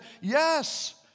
yes